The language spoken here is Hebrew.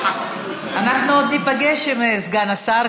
אנחנו עוד ניפגש עם סגן השר,